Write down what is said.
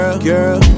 Girl